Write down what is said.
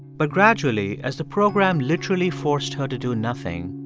but gradually, as the program literally forced her to do nothing,